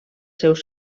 seus